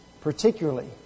particularly